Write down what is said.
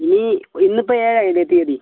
ഇനി ഇന്നിപ്പോൾ ഏഴ് ആയില്ലേ തീയതി